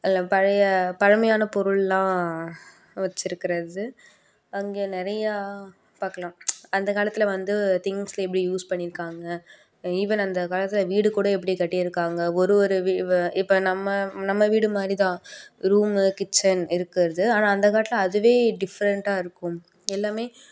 அதில் பழைய பழமையான பொருள்லாம் வச்சிருக்கிறது அங்கே நிறையா பார்க்கலாம் அந்த காலத்தில் வந்து திங்க்ஸ் எப்படி யூஸ் பண்ணியிருக்காங்க ஈவன் அந்த காலத்தில் வீடு கூட எப்படி கட்டியிருக்காங்க ஒரு ஒரு இப்போ நம்ம நம்ம வீடு மாதிரி தான் ரூமு கிச்சன் இருக்கிறது ஆனால் அந்த காலத்தில் அதுவே டிஃபரண்டாக இருக்கும் எல்லாம்